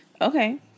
Okay